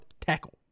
tackle